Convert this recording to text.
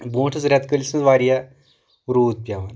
برٛونٛٹھ ٲسۍ رٮ۪تہٕ کٲلِس منٛز واریاہ روٗد پٮ۪وان